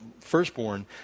firstborn